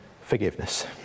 forgiveness